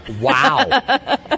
Wow